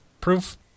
proof